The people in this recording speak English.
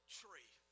tree